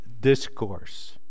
discourse